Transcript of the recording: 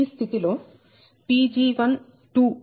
ఈ స్థితి లో Pg1118